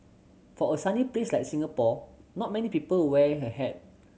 for a sunny place like Singapore not many people wear a hat